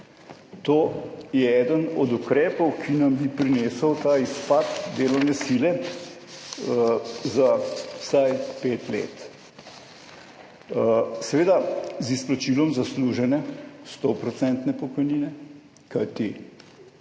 To je eden od ukrepov, ki nam bi prinesel ta izpad delovne sile za vsaj pet let, seveda z izplačilom zaslužene 100 % pokojnine, kajti